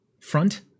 front